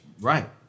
Right